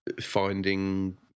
finding